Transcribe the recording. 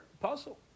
Puzzle